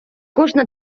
кожна